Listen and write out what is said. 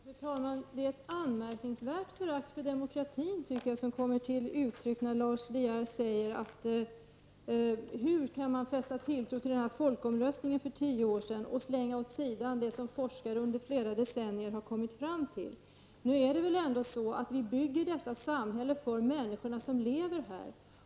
Fru talman! Jag tycker att ett anmärkningsvärt förakt för demokratin kommer till uttryck när Lars De Geer frågar hur man kan fästa tilltro till folkomröstningen för tio år sedan och slänga åt sidan det som forskare under flera decennier har kommit fram till. Vi bygger väl ändå detta samhälle för de människor som lever i det.